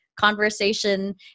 conversation